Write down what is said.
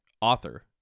author